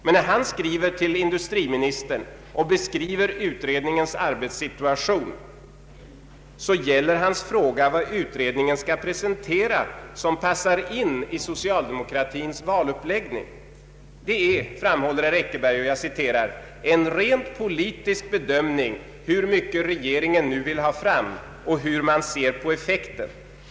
Men när han skriver till industriministern om utredningens arbetssituation gäller hans fråga vad utredningen skall presentera som passar in i socialdemokratins valuppläggning. Det är, framhåller herr Eckerberg, ”en rent politisk bedömning hur mycket regeringen nu vill ha fram och hur man ser på effekten.